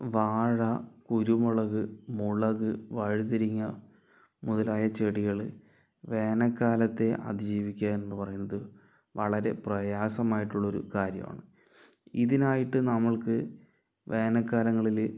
വാഴ കുരുമുളക് മുളക് വഴുതനങ്ങ മുതലായ ചെടികൾ വേനൽക്കാലത്തെ അതിജീവിക്കുക എന്ന് പറയുന്നത് വളരെ പ്രയാസമായിട്ടുള്ളൊരു കാര്യമാണ് ഇതിനായിട്ട് നമ്മൾക്ക് വേനൽ കാലങ്ങളിൽ